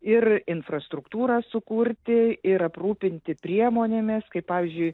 ir infrastruktūrą sukurti ir aprūpinti priemonėmis kaip pavyzdžiui